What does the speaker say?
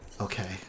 Okay